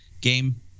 game